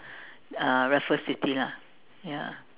uh Raffles city lah ya